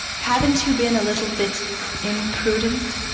haven't you been a little bit imprudent?